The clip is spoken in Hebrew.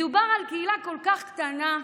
מדובר על קהילה כל כך קטנה,